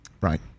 Right